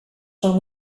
son